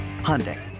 Hyundai